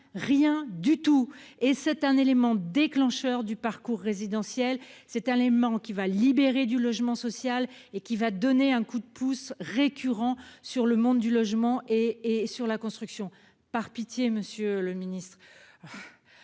rien du tout et c'est un élément déclencheur du parcours résidentiel, c'est un élément qui va libérer du logement social et qui va donner un coup de pouce récurrent sur le monde du logement et et sur la construction, par pitié, Monsieur le Ministre